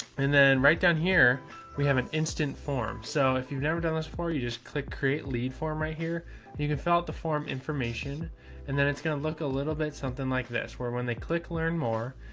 and then right down here we have an instant form. so if you've never done this before, you just click create lead form right here and you can fill out the form information and then it's going to look a little bit something like this where when they click learn more,